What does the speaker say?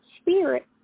spirit